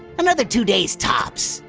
another two days tops,